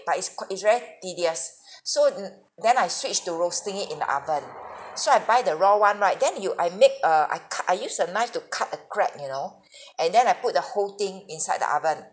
but it's quite it's very tedious so n~ then I switched to roasting it in the oven so I buy the raw one right then you I make a I cut I use a knife to cut a crack you know and then I put the whole thing inside the oven